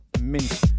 mint